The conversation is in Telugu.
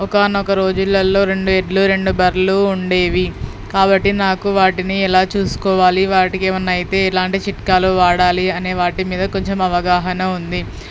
ఒకానొక రోజుల్లో రెండు ఎడ్లు రెండు బర్రెలు ఉండేవి కాబట్టి నాకు వాటిని ఎలా చూసుకోవాలి వాటికేమైనా అయితే ఎలాంటి చిట్కాలు వాడాలి అనే వాటి మీద కొంచెం అవగాహన ఉంది